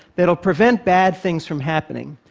that will prevent bad things from happening?